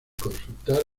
consultar